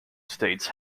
states